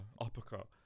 uppercut